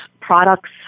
products